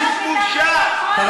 לך לבית-הדין הבין-לאומי.